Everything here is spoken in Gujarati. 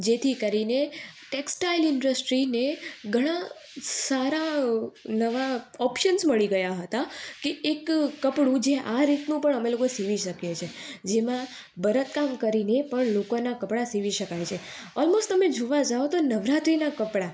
જેથી કરીને ટેક્સટાઇલ ઇન્ડસ્ટ્રીને ઘણા નવા નવા ઓપ્શન્સ મળી ગયા હતા કે એક કપડું જે આ રીતે પણ અમે લોકોએ સિવી શકીએ છીએ જેમાં ભરતકામ કરીને પણ લોકોના કપડા સીવી શકાય છે આનું તમે જોવા જાવ તો નવરાત્રીના કપડા